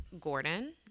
Gordon